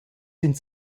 sind